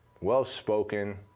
well-spoken